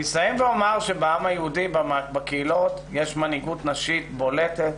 אני אסיים ואומר שבעם היהודי בקהילות יש מנהיגות נשית בולטת,